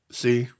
see